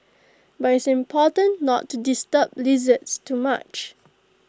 but IT is important not to disturb lizards too much